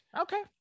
Okay